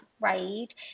Right